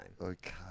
Okay